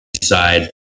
side